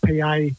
PA